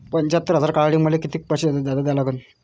पंच्यात्तर हजार काढासाठी मले कितीक पैसे जादा द्या लागन?